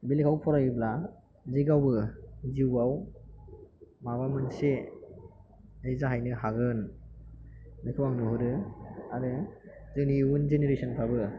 बे लेखाखौ फरायोब्ला जे गावबो जिउआव माबा मोनसे जे जाहैनो हागोन बेखौ आं नुहरो आरो जोंनि इयुन जेनेरेसन फोराबो